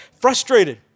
frustrated